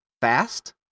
fast